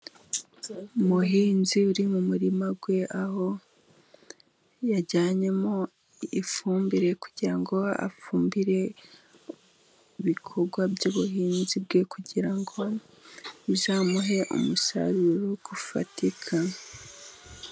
Umuhinzi uri mu murima we, aho yajyanyemo ifumbire kugira ngo afumbire ibikorwa by'ubuhinzi bwe, kugira ngo bizamuhe umusaruro ufatika.